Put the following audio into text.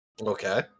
Okay